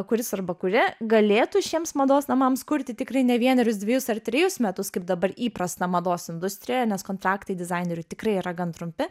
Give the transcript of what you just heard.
kuris arba kuri galėtų šiems mados namams kurti tikrai ne vienerius dvejus ar trejus metus kaip dabar įprasta mados industrijoje nes kontraktai dizainerių tikrai yra gan trumpi